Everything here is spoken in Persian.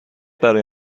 برای